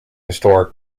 historic